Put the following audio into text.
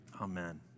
Amen